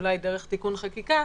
אולי דרך תיקון חקיקה,